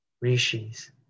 rishis